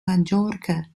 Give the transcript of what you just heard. majorca